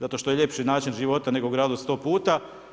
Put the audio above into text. Zato što je ljepši način života, nego u gradu 100 puta.